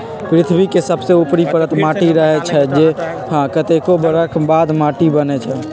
पृथ्वी के सबसे ऊपरी परत माटी रहै छइ जे कतेको बरख बाद माटि बनै छइ